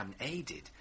unaided